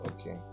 okay